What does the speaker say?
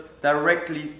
directly